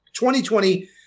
2020